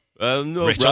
No